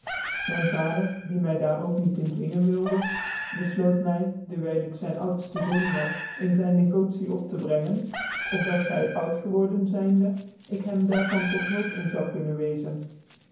myn vader die my daar ook niet in dwingen wilde bcfloot my dewijl ik zyn outftc zoon was in zyn negotie op te brengen op dat hy out geworden zyndc ik hem daarvan tot hulp in zou kunnen wezen